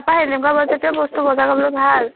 তাৰপৰা এনেকুৱা বস্তু বজাৰ কৰিবলৈ ভাল